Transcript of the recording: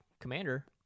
Commander